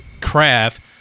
craft